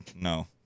No